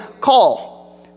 call